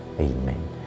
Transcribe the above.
Amen